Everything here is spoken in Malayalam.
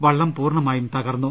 വളളം പൂർണമായും തകർന്നു